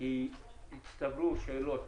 כי הצטברו שאלות